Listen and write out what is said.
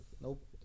Nope